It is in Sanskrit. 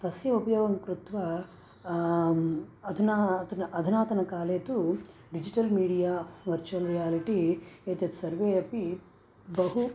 तस्य उपयोगं कृत्वा अधुनातने अधुनातनकाले तु डिजिटल् मीडिया वर्च्युल् रियालिटी एतत् सर्वे अपि बहु